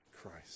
Christ